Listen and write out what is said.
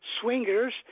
swingers